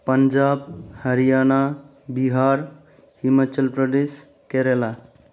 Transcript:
Punjab Haryana Bihar Himachal Pradesh Kerala